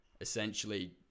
essentially